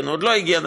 עוד לא הגיע,